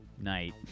night